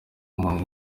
umunwa